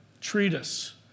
treatise